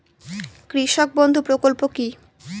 কৃষক বন্ধু প্রকল্প কি?